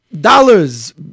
Dollars